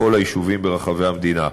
בכל היישובים ברחבי המדינה.